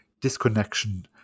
disconnection